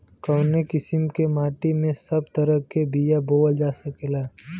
कवने किसीम के माटी में सब तरह के बिया बोवल जा सकेला?